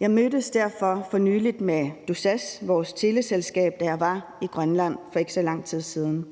Jeg mødtes derfor for nylig med Tusass, vores teleselskab, da jeg var i Grønland for ikke så lang tid siden.